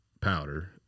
powder